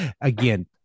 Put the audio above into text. Again